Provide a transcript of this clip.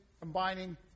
combining